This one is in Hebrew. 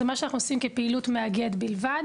זה מה שאנחנו עושים כפעילות מאגד בלבד.